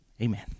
amen